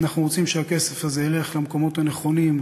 אנחנו רוצים שהכסף הזה ילך למקומות הנכונים,